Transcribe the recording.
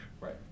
Right